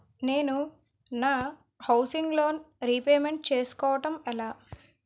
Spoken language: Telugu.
నేను నా హౌసిగ్ లోన్ రీపేమెంట్ చేసుకోవటం ఎలా?